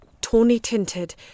tawny-tinted